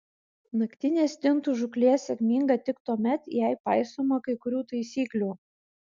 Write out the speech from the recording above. naktinė stintų žūklė sėkminga tik tuomet jei paisoma kai kurių taisyklių